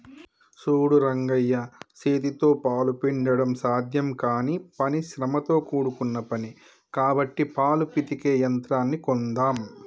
సూడు రంగయ్య సేతితో పాలు పిండడం సాధ్యం కానీ పని శ్రమతో కూడుకున్న పని కాబట్టి పాలు పితికే యంత్రాన్ని కొందామ్